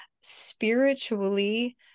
Spiritually